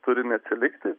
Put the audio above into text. turi neatsilikti